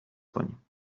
کنیم